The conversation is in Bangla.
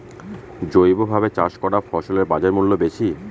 জৈবভাবে চাষ করা ফসলের বাজারমূল্য বেশি